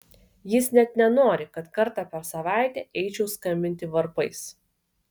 jis net nenori kad kartą per savaitę eičiau skambinti varpais